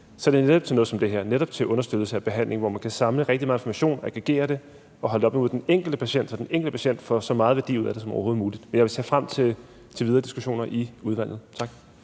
er det netop til sådan noget som det her, altså netop til understøttelse af behandling, hvor man kan samle rigtig meget information, aggregere det og holde det op imod den enkelte patient, så den enkelte patient får så meget værdi ud af det som overhovedet muligt. Men jeg vil se frem til den videre diskussion i udvalget. Tak.